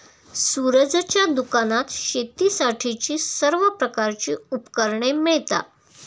सूरजच्या दुकानात शेतीसाठीची सर्व प्रकारची उपकरणे मिळतात